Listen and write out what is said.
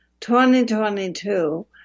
2022